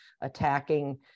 attacking